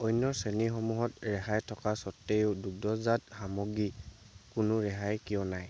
অন্য শ্ৰেণীসমূহত ৰেহাই থকা স্বত্তেও দুগ্ধজাত সামগ্ৰী কোনো ৰেহাই কিয় নাই